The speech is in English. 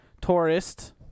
Tourist